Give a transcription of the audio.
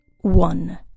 One